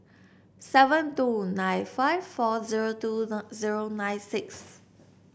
seven two nine five four zero two zero nine six